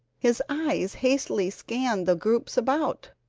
his eyes hastily scanned the groups about,